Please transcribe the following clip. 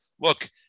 look